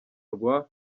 rwa